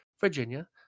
Virginia